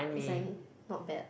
it's like not bad